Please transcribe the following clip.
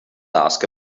ask